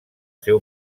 seu